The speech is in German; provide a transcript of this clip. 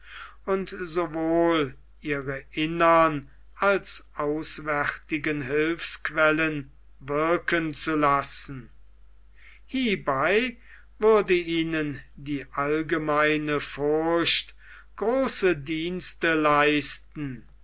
und sowohl ihre innern als auswärtigen hilfsquellen wirken zu lassen hierbei würde ihnen die allgemeine furcht große dienste leisten